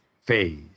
phase